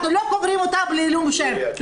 אנחנו לא קוברים אותם בעילום שם.